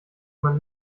man